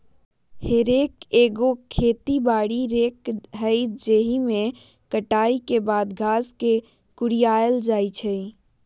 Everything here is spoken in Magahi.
हे रेक एगो खेती बारी रेक हइ जाहिमे कटाई के बाद घास के कुरियायल जाइ छइ